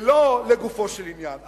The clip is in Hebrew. ולא לגופו של עניין.